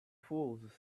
fools